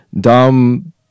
dumb